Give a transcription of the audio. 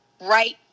right